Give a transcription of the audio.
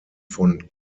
von